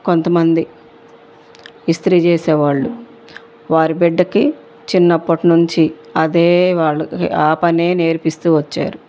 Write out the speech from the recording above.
కొంతమంది ఇస్త్రీ చేసేవాళ్ళు వారి బిడ్డకి చిన్నప్పటి నుంచి అదే వాళ్ళు ఆ పని నేర్పిస్తు వచ్చారు